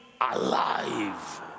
alive